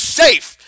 safe